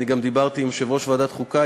אני גם דיברתי עם יושב-ראש ועדת חוקה,